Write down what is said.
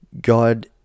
God